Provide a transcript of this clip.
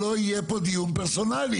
לא יהיה פה דיון פרסונלי.